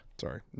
Sorry